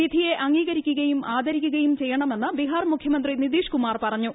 വിധിയെ അംഗീകരിക്കുകയും ആദരിക്കുകയും ചെയ്യണമെന്ന് ബിഹാർ മുഖ്യമന്ത്രി നിതീഷ് കുമാർ പറഞ്ഞു